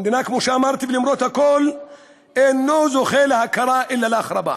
ולמרות הכול אינו זוכה להכרה אלא להחרבה.